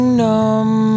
numb